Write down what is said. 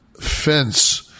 fence